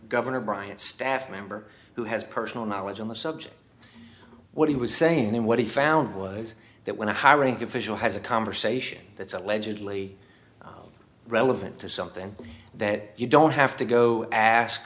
governor bryant staff member who has personal knowledge on the subject what he was saying and what he found was that when a high ranking official has a conversation that's allegedly relevant to something that you don't have to go ask